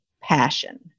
passion